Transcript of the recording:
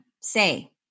say